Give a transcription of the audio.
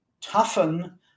toughen